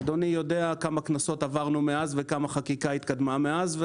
אדוני יודע כמה כנסות עברנו מאז וכמה חקיקה התקדמה מאז.